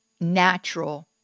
natural